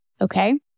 okay